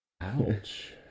Ouch